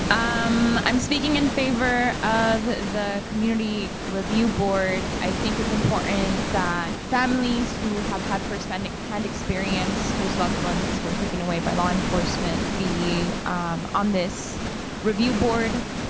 um i'm speaking in favor of the community review board. i think it's important that families who have had firsthand experience, whose loved ones were taken away by law enforcement, be um on this review board,